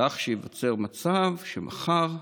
כך שייווצר מצב שמחר,